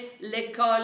l'école